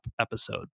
episode